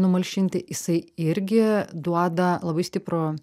numalšinti jisai irgi duoda labai stiprų